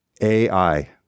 AI